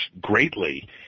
greatly